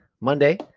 monday